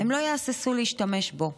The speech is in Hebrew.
לא יהססו להשתמש בו.